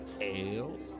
ale